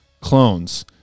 clones